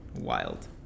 Wild